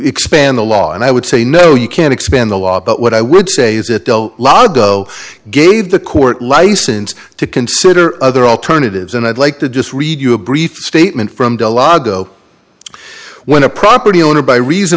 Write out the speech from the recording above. expand the law and i would say no you can't expand the law but what i would say is it del lago gave the court license to consider other alternatives and i'd like to just read you a brief statement from de la go when a property owner by reason